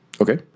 Okay